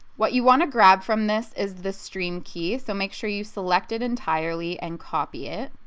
what you want to grab from this is the stream key so make sure you select it entirely and copy it.